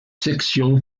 section